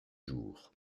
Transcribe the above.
jour